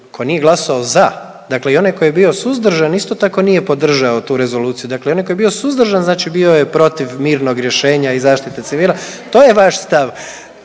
ko nije glasao za, dakle i onaj koji je bio suzdržan isto tako nije podržao tu rezoluciju, dakle i onaj koji je bio suzdržan znači bio je protiv mirnog rješenja i zaštite civila, to je vaš stav.